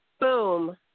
Boom